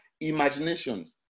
imaginations